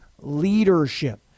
leadership